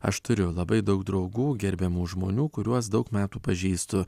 aš turiu labai daug draugų gerbiamų žmonių kuriuos daug metų pažįstu